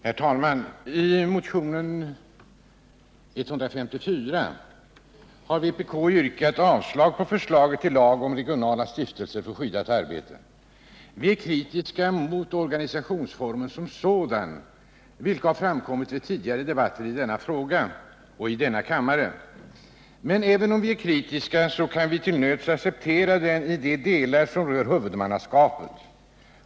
Herr talman! I motionen 154 har vpk yrkat avslag på förslaget till lag om regionala stiftelser för skyddat arbete. Vi är kritiska mot organisationsformen som sådan, vilket har framkommit vid tidigare debatter i frågan här i denna kammare. Men även om vi är kritiska kan vi till nöds acceptera den i de delar som rör huvudmannaskapet.